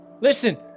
listen